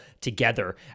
together